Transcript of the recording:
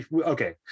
okay